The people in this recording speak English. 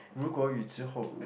如果已知或